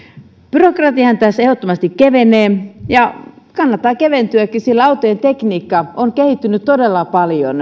byrokratiahan tässä ehdottomasti kevenee ja sen kannattaa keventyäkin sillä autojen tekniikka on kehittynyt todella paljon